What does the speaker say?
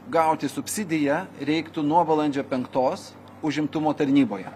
gauti subsidiją reiktų nuo balandžio penktos užimtumo tarnyboje